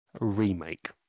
remake